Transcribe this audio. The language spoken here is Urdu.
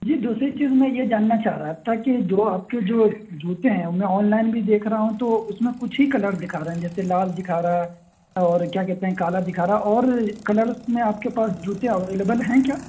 جی دوسری چیز میں یہ جاننا چاہ رہا تھا کہ جو آپ کے جو جوتے ہیں میں آنلائن بھی دیکھ رہا ہوں تو اس میں کچھ ہی کلر دکھا رہے ہیں جیسے لال دکھا رہا اور کیا کہتے ہیں کالا دکھا رہا اور کلرس میں آپ کے پاس جوتے اویلیبل ہیں کیا